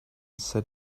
said